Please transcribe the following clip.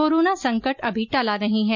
corona संकट अभी टला नहीं है